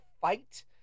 fight